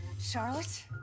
Charlotte